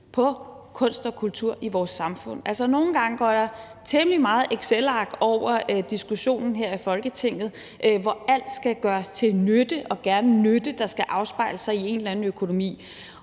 på kunst og kultur i vores samfund. Altså, nogle gange går der temmelig meget excelark i diskussionen her i Folketinget, hvor alt skal gøres til nytte, og gerne nytte, der skal afspejle sig i en eller anden økonomi.